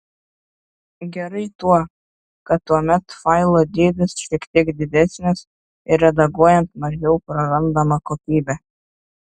gerai tuo kad tuomet failo dydis šiek tiek didesnis ir redaguojant mažiau prarandama kokybė